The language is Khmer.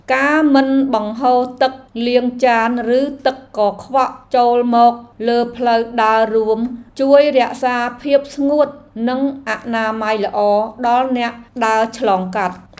ការមិនបង្ហូរទឹកលាងចានឬទឹកកខ្វក់ចូលមកលើផ្លូវដើររួមជួយរក្សាភាពស្ងួតនិងអនាម័យល្អដល់អ្នកដើរឆ្លងកាត់។